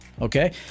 Okay